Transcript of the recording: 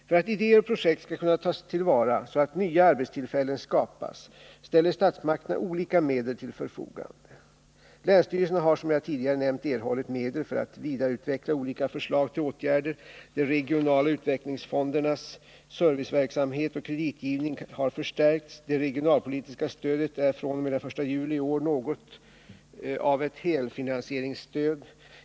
För att idéer och projekt skall kunna tas till vara, så att nya arbetstillfällen skapas, ställer statsmakterna olika medel till förfogande. Länsstyrelserna har, som jag tidigare nämnt, erhållit medel för att vidareutveckla olika förslag till åtgärder. De regionala utvecklingsfondernas serviceverksamhet och kreditgivning har förstärkts. Det regionalpolitiska stödet är fr.o.m. den 1 juli i år något av ett helfinansieringsstöd.